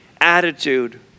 attitude